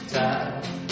time